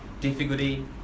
difficulty